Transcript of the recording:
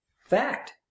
fact